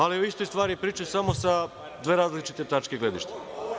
Ali, o istoj stvari pričate, samo sa dve različite tačke gledišta.